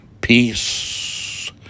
Peace